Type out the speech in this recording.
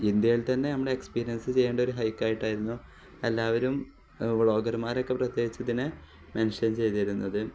ഇന്ത്യയിൽ തന്നെ നമ്മള് എക്സ്പീരിയൻസ് ചെയ്യേണ്ട ഒരു ഹൈക്കായിട്ടായിരുന്നു എല്ലാവരും വ്ളോഗർമാരൊക്കെ പ്രത്യേകിച്ചിതിനെ മെൻഷൻ ചെയ്തിരുന്നത്